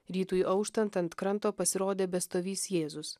rytui auštant ant kranto pasirodė bestovįs jėzus